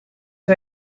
who